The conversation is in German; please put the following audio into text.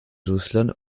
russland